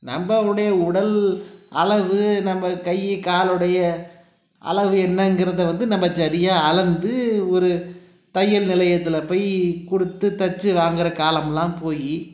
நம்ம உடைய உடல் அளவு நம்ம கைய் காலுடைய அளவு என்னங்கிறத வந்து நம்ம சரியாக அளந்து ஒரு தையல் நிலையத்தில் போய் கொடுத்து தைச்சு வாங்கிற காலமெலாம் போய்